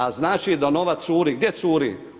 A znači da novac curi, gdje curi?